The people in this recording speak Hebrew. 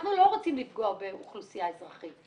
אנחנו לא רוצים לפגוע באוכלוסייה אזרחית.